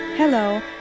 Hello